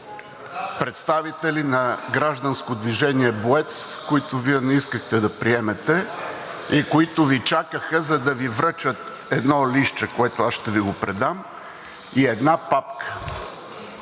представители на Гражданско движение „Боец“, които Вие не искахте да приемете, които Ви чакаха, за да Ви връчат едно листче, което аз ще Ви предам, и една папка.